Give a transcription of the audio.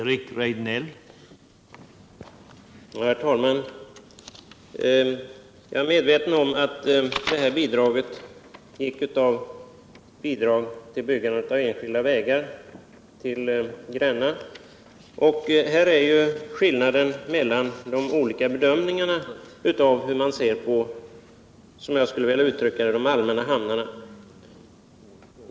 Herr talman! Jag är medveten om att bidraget till färjeläget i Gränna utgick från anslaget Bidrag till enskilda vägar. Här består skillnaden i de olika bedömningar som görs när man ser på de allmänna hamnarna.